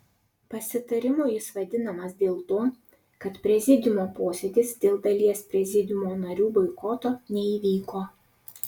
pasitarimu jis vadinamas dėl to kad prezidiumo posėdis dėl dalies prezidiumo narių boikoto neįvyko